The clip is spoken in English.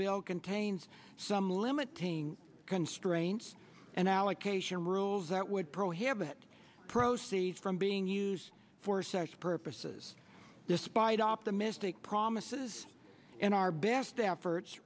bill contains some limiting constraints and allocation rules that would prohibit proceeds from being used for such purposes despite optimistic promises and our best efforts